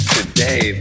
today